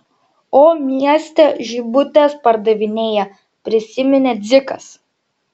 o mieste žibutes pardavinėja prisiminė dzikas